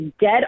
dead